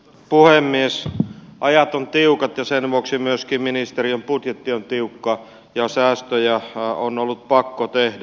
ajat ovat tiukat ja sen vuoksi myöskin ministeriön budjetti on tiukka ja säästöjä on ollut pakko tehdä